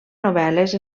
novel·les